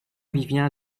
vivien